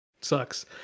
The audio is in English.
sucks